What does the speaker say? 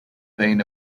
vein